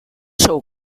sou